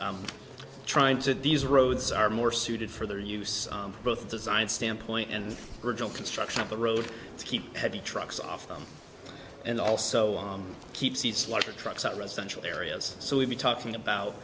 town trying to these roads are more suited for their use both design standpoint and original construction of the road to keep heavy trucks off them and also on keep seats larger trucks at residential areas so we'd be talking about